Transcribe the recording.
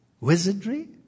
wizardry